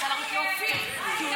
אני רוצה להראות לאופיר, כי הוא